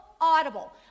audible